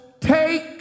take